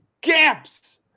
gaps